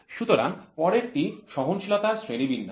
সুতরাং পরেরটি সহনশীলতার শ্রেণিবিন্যাস